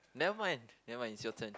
nevermind nevermind it's your turn